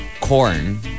Corn